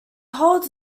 holds